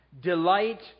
delight